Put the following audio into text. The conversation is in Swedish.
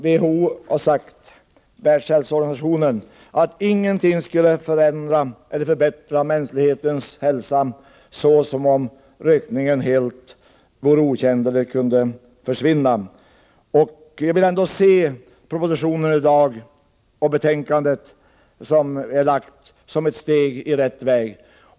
WHO har sagt att ingenting skulle förbättra mänsklighetens hälsa mer än om rökningen vore helt okänd eller kunde försvinna. Jag vill trots detta se propositionen och betänkandet som ett steg på rätt väg.